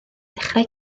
dechrau